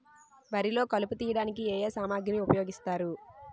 వరిలో కలుపు తియ్యడానికి ఏ ఏ సామాగ్రి ఉపయోగిస్తారు?